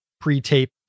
pre-tape